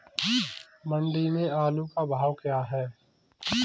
मंडी में आलू का भाव क्या है?